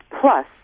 plus